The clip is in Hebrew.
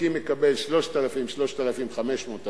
באופקים מקבל 3,000 3,500,